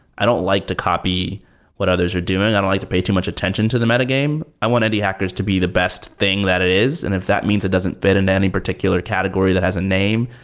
i don't like to copy what others are doing. i don't like to pay too much attention to the meta-game. i want indie hackers to be the best thing that it is. and if that means it doesn't fit in any particular category that has a name,